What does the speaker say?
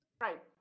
Right